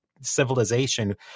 civilization